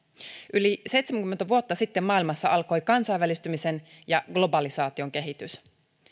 yli seitsemänkymmentä vuotta sitten maailmassa alkoi kansainvälistymisen ja globalisaation kehitys